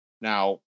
Now